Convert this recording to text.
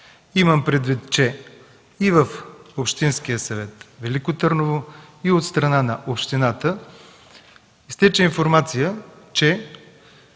Имам предвид, че и в Общинския съвет – Велико Търново, и от страна на общината изтече информация, че